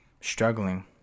struggling